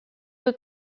who